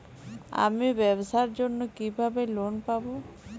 আমি ব্যবসার জন্য কিভাবে লোন পাব?